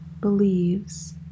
believes